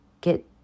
get